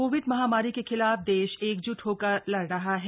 Covid महामारी के खिलाफ देश एकजुट होकर लड़ रहा है